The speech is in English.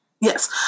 Yes